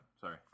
Sorry